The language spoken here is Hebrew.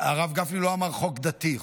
הרב גפני לא אמר "חוק דתי".